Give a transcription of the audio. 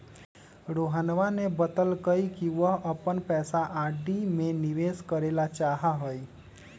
रोहनवा ने बतल कई कि वह अपन पैसा आर.डी में निवेश करे ला चाहाह हई